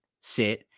sit